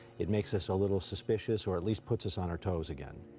it makes us a little suspicious or at least puts us on our toes again.